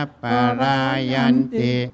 parayanti